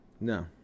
No